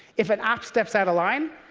if an app steps out of line,